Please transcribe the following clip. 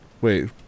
Wait